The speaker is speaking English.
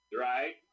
Right